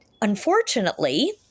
unfortunately